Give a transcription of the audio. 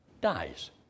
dies